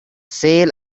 sale